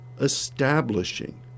establishing